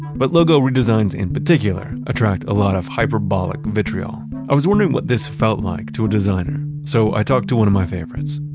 but logo redesigns, in particular, attract a lot of hyperbolic vitriol. i was wondering what this felt like to a designer, so i talked to one of my favorites.